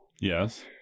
Yes